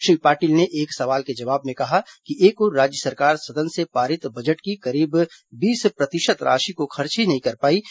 श्री पाटिल ने एक सवाल के जवाब में कहा कि एक ओर राज्य सरकार सदन से पारित बजट की करीब बीस प्रतिशत राशि को खर्च नहीं कर पाती है